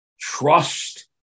Trust